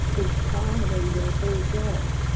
is following where they go